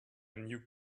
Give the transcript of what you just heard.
new